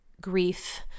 grief